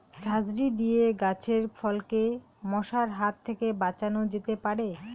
ঝাঁঝরি দিয়ে গাছের ফলকে মশার হাত থেকে বাঁচানো যেতে পারে?